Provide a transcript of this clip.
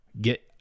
get